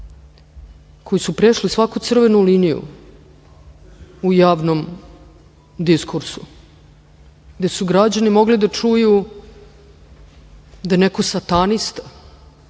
koji su prešli svaku crvenu liniju u javnom diskursu, gde su građani mogli da čuju da je neko satanista,